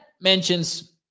mentions